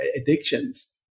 addictions